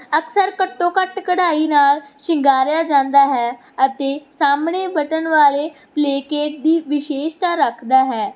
ਅਕਸਰ ਘੱਟੋ ਘੱਟ ਕਢਾਈ ਨਾਲ ਸ਼ਿੰਗਾਰਿਆ ਜਾਂਦਾ ਹੈ ਅਤੇ ਸਾਹਮਣੇ ਬਟਨ ਵਾਲੇ ਪਲੇਕੇਟ ਦੀ ਵਿਸ਼ੇਸ਼ਤਾ ਰੱਖਦਾ ਹੈ